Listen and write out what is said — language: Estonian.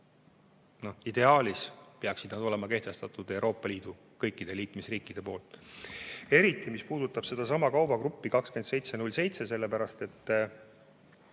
aga ideaalis peaksid need olema kehtestatud Euroopa Liidu kõikide liikmesriikide poolt, eriti mis puudutab sedasama kaubagruppi 2707, sest osa